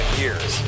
years